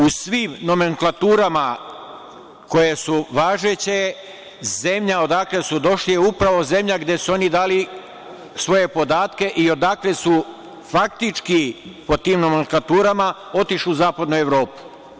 U svim nomenklaturama koje su važeće, zemlja odakle su došli je upravo zemlja gde su oni dali svoje podatke i odakle su faktički po tim nomenklatura otišli u zapadnu Evropu.